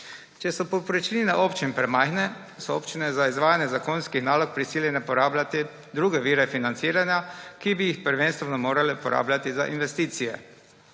Če so povprečnine občin premajhne, so občine za izvajanje zakonskih nalog prisiljene porabljati druge vire financiranja, ki bi jih prvenstveno morale porabljati za investicije.